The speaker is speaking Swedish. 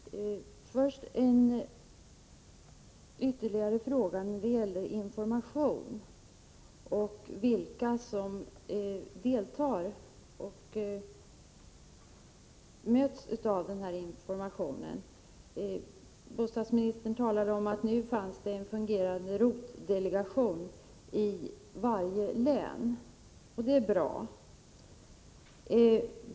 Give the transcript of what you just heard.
Herr talman! Först en ytterligare fråga när det gäller information och vilka som deltar och får informationen. Bostadsministern talade om att det nu finns en fungerande ROT delegation i varje län. Det är bra.